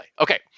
Okay